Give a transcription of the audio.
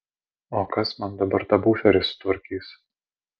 o kas man dabar tą buferį sutvarkys